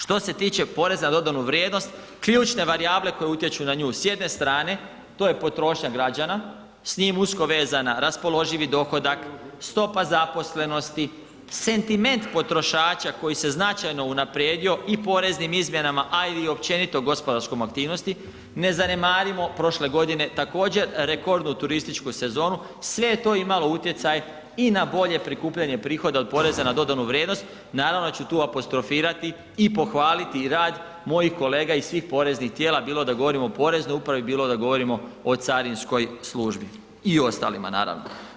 Što se tiče poreza na dodanu vrijednost ključne varijable koje utječu na nju s jedne strane to je potrošnja građana s njim usko vezana raspoloživi dohodak, stopa zaposlenosti, sentiment potrošača koji se značajno unaprijedio i poreznim izmjenama, a i općenito gospodarskom aktivnosti, ne zanemarimo prošle godine također rekordnu turističku sezonu, sve je to imalo utjecaj i na bolje prikupljanje prihoda od poreza na dodanu vrijednost, naravno da ću tu apostrofirati i pohvaliti i rad mojih kolega i svih poreznih tijela, bilo da govorimo o poreznoj upravi, bilo da govorimo o carinskoj službi i ostalima naravno.